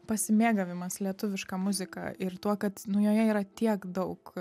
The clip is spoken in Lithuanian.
pasimėgavimas lietuviška muzika ir tuo kad nu joje yra tiek daug